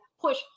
push